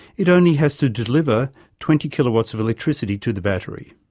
it only has to deliver twenty kilowatts of electricity to the battery.